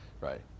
Right